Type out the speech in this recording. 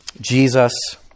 Jesus